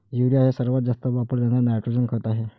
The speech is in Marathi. युरिया हे सर्वात जास्त वापरले जाणारे नायट्रोजन खत आहे